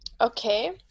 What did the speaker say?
okay